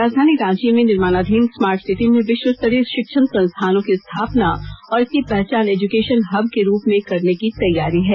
राजधानी रांची में निर्माणाधीन स्मार्ट सिटी में विश्वस्तरीय शिक्षण संस्थानों की स्थापना और इसकी पहचान एजुकेशन हब के रूप में करने की तैयारी है